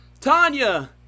Tanya